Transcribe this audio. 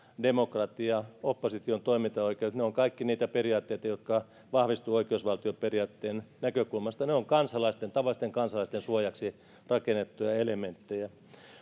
demokratia opposition toimintaoikeudet ne ovat kaikki niitä periaatteita jotka vahvistuvat oikeusvaltioperiaatteen näkökulmasta ne ovat tavallisten kansalaisten suojaksi rakennettuja elementtejä